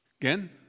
Again